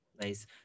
Nice